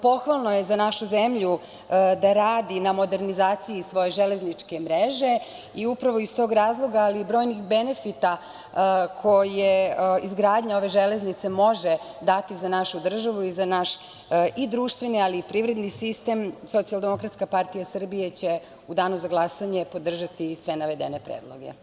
Pohvalno je za našu zemlju da radi na modernizaciji svoje železničke mreže i upravo iz tog razloga, ali brojnih benefita koje izgradnja ove železnice može dati za našu državu i za naš društveni, ali i privredni sistem, Socijaldemokratska partija Srbije će u danu za glasanje podržati sve navedene predloge.